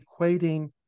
equating